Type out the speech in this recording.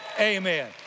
amen